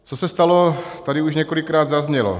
Co se stalo, tady už několikrát zaznělo.